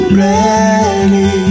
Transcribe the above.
ready